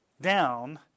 down